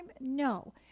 No